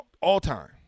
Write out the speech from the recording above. All-time